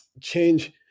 change